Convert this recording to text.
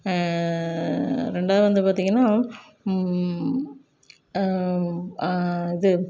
ரெண்டாவது வந்து பார்த்திங்கன்னா இது